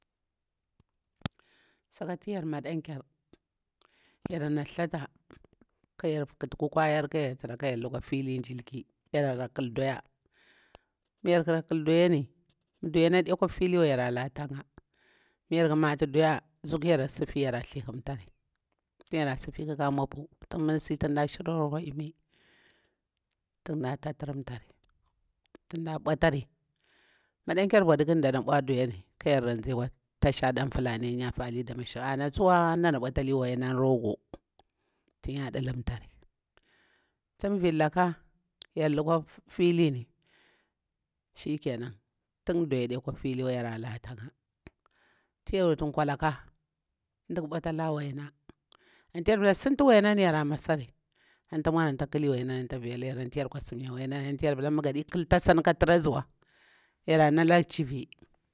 Saka yar madam kyar yarna thata kukwa yaru ka yar tura lukwa filin jirki yara ra ƙal doya mu yarkha ra ƙal doyani mah doyari ade kwa filiniwa yara tura la ta'nya i yarku mata doya zuku yara sifiya yara thihumtari tum yara sifi ƙakari maupu tun mu mda sifi mda shiruwari akwa imi tun mda taturum tari dum mda ɗautari madam kyar ɓaudukuni dana ɓau doyani ka yarra zi akwa tashan dam- fulani a yarfur ali doma shu ana mdana ɓautali wai nar rogo tun ya duhum fari tun vitaka yar lukwa filinin shikanan tun doya adekwa fiti wa yara la tem'ya tu yaru wutu ƙwalaka mdaƙa ɓautala waina antu yar pula sintu wainani yara masari antu mautu wainauri tanta vilayaru antu yar kwasim ya wainari antu yar pila mu taɗi ƙal kasani ka tura ziwa yara nala chwi